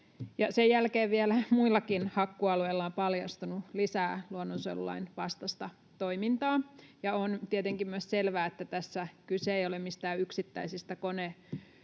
Sen jälkeen vielä muillakin hakkuualueilla on paljastunut lisää luonnonsuojelulain vastaista toimintaa, ja on tietenkin myös selvää, että tässä kyse ei ole mistään yksittäisistä